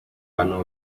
bantu